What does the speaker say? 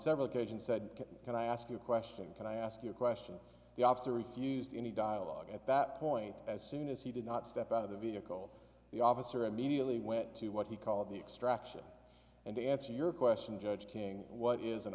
several occasions said can i ask you a question can i ask you a question the officer refused any dialogue at that point as soon as he did not step out of the vehicle the officer immediately went to what he called the extraction and to answer your question judge king what is an